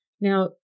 Now